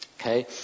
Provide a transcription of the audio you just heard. okay